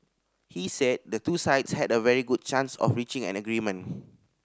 he said the two sides had a very good chance of reaching an agreement